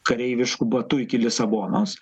kareivišku batu iki lisabonos